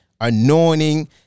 anointing